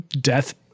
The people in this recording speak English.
death